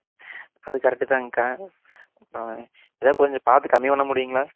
அது கரக்ட்டு தாங்கக்கா அப்புறம் ஏதாவது கொஞ்சம் பார்த்து கம்மி பண்ண முடியும்ங்களா